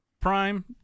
Prime